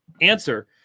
answer